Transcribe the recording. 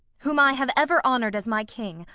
whom i have ever honour'd as my king,